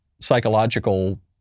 psychological